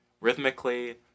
Rhythmically